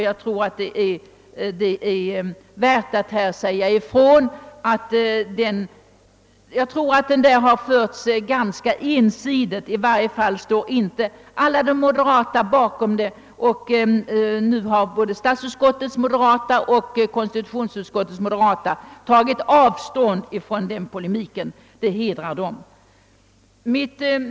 Jag tror också att polemiken varit ganska ensidig; i varje fall står inte alla moderata bakom den. Nu har både statsutskottets och konstitutionsutskottets moderata ledamöter tagit avstånd från polemiken, och det hedrar dem.